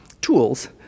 tools